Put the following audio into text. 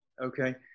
Okay